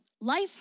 Life